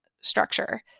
structure